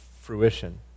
fruition